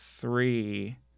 three